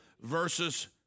versus